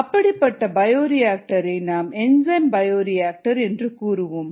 அப்படிப்பட்ட பயோரிஆக்டர் ரை நாம் என்சைம் பயோரிஆக்டர் கூறுவோம்